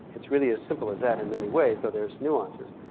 it's really as simple as that in many ways, though there's nuances.